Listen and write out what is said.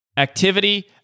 activity